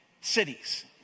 cities